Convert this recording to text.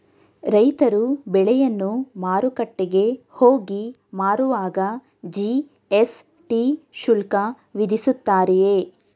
ರೈತರು ಬೆಳೆಯನ್ನು ಮಾರುಕಟ್ಟೆಗೆ ಹೋಗಿ ಮಾರುವಾಗ ಜಿ.ಎಸ್.ಟಿ ಶುಲ್ಕ ವಿಧಿಸುತ್ತಾರೆಯೇ?